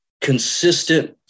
consistent